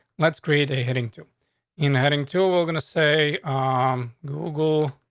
let's create a heading to in heading to we're going to say, um google